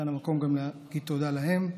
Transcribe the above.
כאן המקום גם להגיד תודה להם.